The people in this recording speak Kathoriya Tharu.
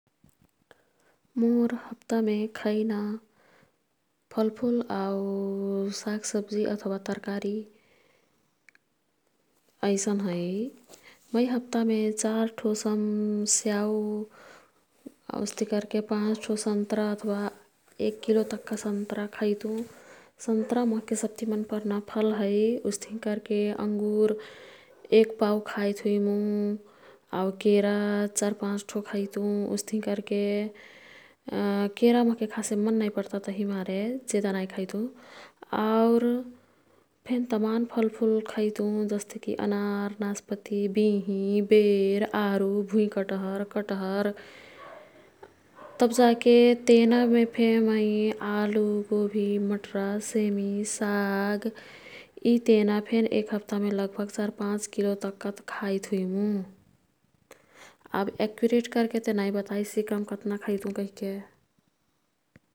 मोर् हप्तामे खैना फलफुल आऊ साग सब्जी अथवा तरकारी ऐसन है। मैं हप्तामे चार ठो सम स्याउ ,उस्तिही कर्के पाँच ठो सन्तरा अथवा एक किलो तक्का सन्तरा खैतुं। सन्तरा मोह्के सब्ति मनपर्ना फल है। उस्तिही कर्के अंगुर एक पाऊ खाईत् हुइमु। आऊ केरा चार पाँच ठो खैतुं। उस्तिही कर्के केरा मोह्के खासे मन नाई पर्ता तभी मारे जेदा नाई खैतुं। आउर फेन तमान फलफुल खैतुं जस्तेकी अनार, नास्पति, बिंही, बेर आरु, भुइँकटहर, कटहर। तब जा के तेनामेफे मैं आलु, गोभी, मटरा, सेमी, साग यी तेनाफेन एक हप्तामे लगभग चार पाँच किलो तक्कत खाईत् हुइमु। अब एक्युरेट कर्केते नाई बताई सिकम कात्ना खैतुं कहिके।